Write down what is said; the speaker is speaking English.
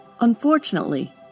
Unfortunately